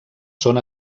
són